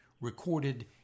recorded